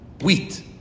wheat